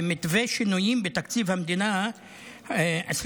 במתווה השינויים בתקציב המדינה ל-2023,